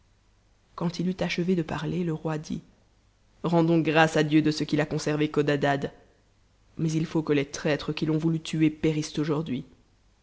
quand il eut achevé de parler te roi dit rendous grâce à dieu de ce qu'il a conservé codadad mais il faut que les traîtres qui l'ont voulu tuer périssent aujourd'hui